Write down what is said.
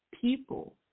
people